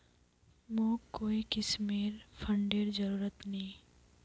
मोक कोई किस्मेर फंडेर जरूरत नी